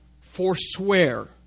forswear